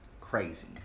Crazy